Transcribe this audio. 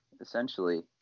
essentially